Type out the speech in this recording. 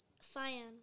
Cyan